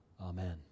Amen